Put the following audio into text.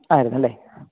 ആയിരുന്നല്ലേ